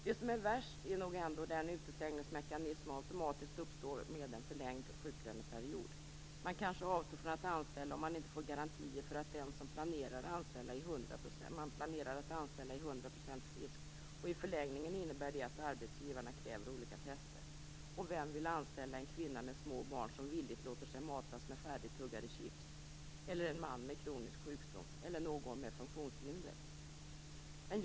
Det som är värst är nog ändå den utestängningsmekanism som automatiskt uppstår med en förlängd sjuklöneperiod. Man avstår kanske från att anställa om man inte får garantier för att den som man planerar att anställa är 100 % frisk. I förlängningen innebär det att arbetsgivarna kräver olika tester. Vem vill anställa en kvinna med små barn som villigt låter sig matas med färdigtuggade chips, en man med kronisk sjukdom eller någon med funktionshinder?